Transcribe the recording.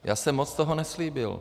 Já jsem moc toho neslíbil.